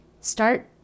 start